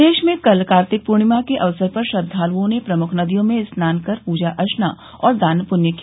प्रदेश में कल कार्तिक पूर्णिमा के अवसर पर श्रद्वालुओं ने प्रमुख नदियों में स्नान कर पूजा अर्चना और दान पुण्य किया